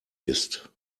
ist